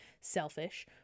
selfish